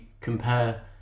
compare